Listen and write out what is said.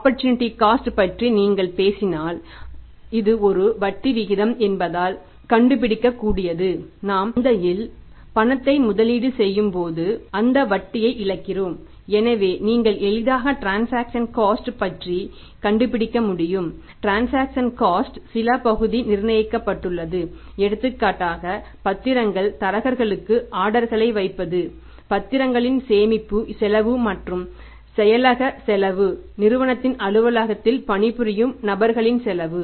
opportunity cost ல் சில பகுதி நிர்ணயிக்கப்பட்டுள்ளது எடுத்துக்காட்டாக பத்திரங்கள் தரகர்களுக்கு ஆர்டர்களை வைப்பது பத்திரங்களின் சேமிப்பு செலவு மற்றும் செயலக செலவு நிறுவனத்தின் அலுவலகத்தில் பணிபுரியும் நபர்களின் செலவு